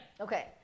Okay